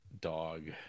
dog